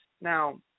Now